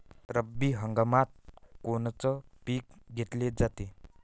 रब्बी हंगामात कोनचं पिक घेतलं जाते?